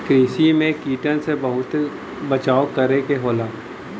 कृषि में कीटन से बहुते बचाव करे क होला